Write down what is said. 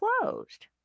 closed